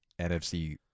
NFC